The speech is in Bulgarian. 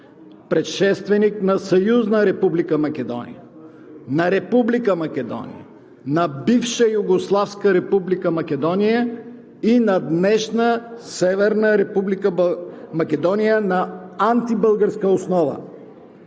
предшественик на Съюзна република Македония, на Република Македония, на Бивша югославска република Македония и на днешна Северна република Македония на антибългарска основа.